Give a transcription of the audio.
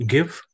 Give